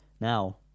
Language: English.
Now